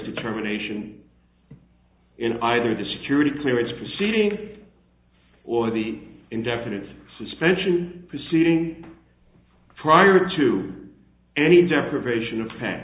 determination in either the security clearance proceeding or the indefinite suspension proceeding prior to any deprivation of